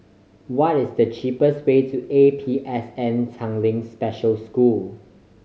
what is the cheapest way to A P S N Tanglin Special School